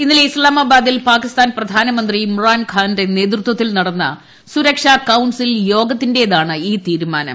ഇന്നലെ ഇസ്ലാമാബാദിൽ പാക്കിസ്ഥാൻ പ്രധാനമന്ത്രി ഇമ്രാൻഖാന്റെ നേതൃത്വത്തിൽ നടന്ന സുരക്ഷാ കൌൺസിൽ യോഗത്തിന്റേതാണ് ഈ തീരുമാനം